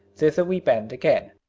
thither we bend again.